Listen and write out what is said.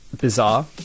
bizarre